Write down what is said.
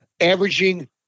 averaging